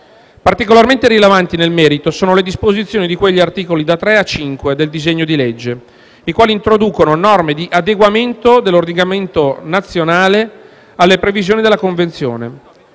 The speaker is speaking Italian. Particolarmente rilevanti nel merito sono le disposizioni di cui agli articoli da tre a cinque del disegno, le quali introducono norme di adeguamento dell'ordinamento nazionale alle previsioni della Convenzione.